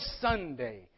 Sunday